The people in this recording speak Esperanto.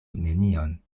nenion